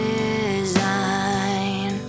design